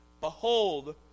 Behold